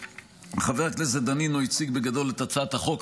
חבר הכנסת דנינו הציג בגדול את הצעת החוק.